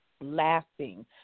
lasting